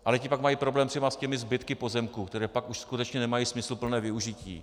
Ale ti pak mají problém třeba s těmi zbytky pozemků, které pak už skutečně nemají smysluplné využití.